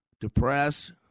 depressed